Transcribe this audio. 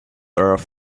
earth